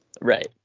Right